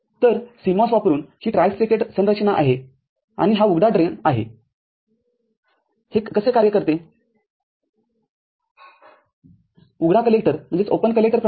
तर CMOS वापरुन ही ट्राय स्टेटेड संरचना आहे आणि हा उघडा ड्रेन आहे हे कसे कार्य करते उघडा कलेक्टर प्रमाणेच